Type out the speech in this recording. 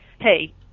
hey